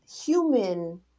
human